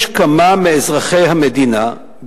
יש כמה מאזרחי המדינה,